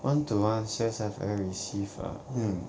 one to one sales I've ever receive ah